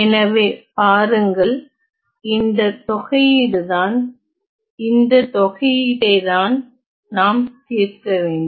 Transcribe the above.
எனவே பாருங்கள் இந்த தொகையீடுதான் இந்த தொகையீட்டைதான் நாம் தீர்க்க வேண்டும்